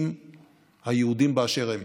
עם היהודים באשר הם.